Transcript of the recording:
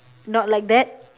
not like that